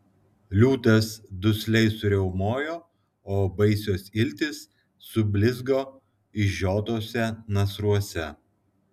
liūtas dusliai suriaumojo o baisios iltys sublizgo išžiotuose nasruose